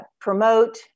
promote